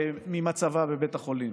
ממצבה בבית החולים